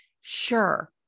Sure